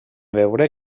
veure